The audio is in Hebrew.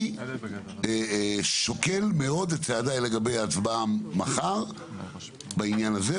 אני שוקל מאוד את צעדיי לגבי ההצבעה מחר בעניין הזה.